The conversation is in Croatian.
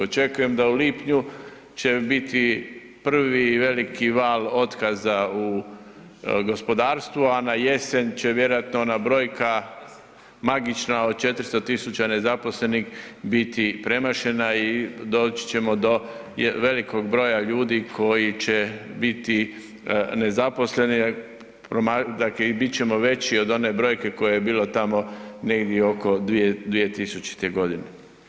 Očekujem da u lipnju će biti prvi veliki val otkaza u gospodarstva a na jesen će vjerojatno ona brojka magična od 400 000 nezaposlenih biti premašena i doći ćemo do velikog broja ljudi će biti nezaposleni dakle i bit ćemo veći od one brojke koja je bila tamo negdje oko 2000. godine.